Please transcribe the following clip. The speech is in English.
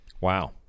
wow